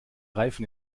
reifen